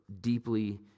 deeply